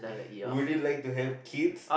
would you like to have kids